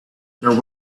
there